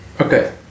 Okay